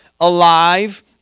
alive